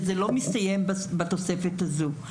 וזה לא מסתיים בתוספת הזו.